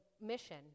mission